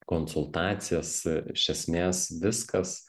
konsultacijas iš esmės viskas